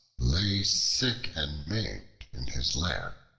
lay sick and maimed in his lair.